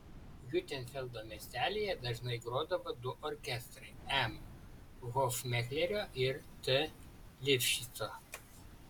hiutenfeldo miestelyje dažnai grodavo du orkestrai m hofmeklerio ir t lifšico